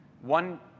one